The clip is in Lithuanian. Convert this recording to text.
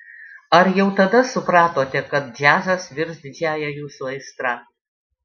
ar jau tada supratote kad džiazas virs didžiąja jūsų aistra